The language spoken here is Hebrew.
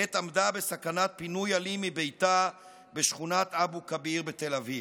עת עמדה בסכנת פינוי אלים מביתה בשכונת אבו כביר בתל אביב.